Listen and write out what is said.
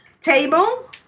table